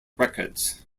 records